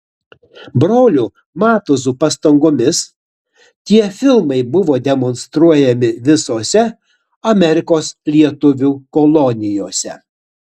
brolių matuzų pastangomis tie filmai buvo demonstruojami visose amerikos lietuvių kolonijose